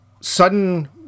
sudden